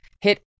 hit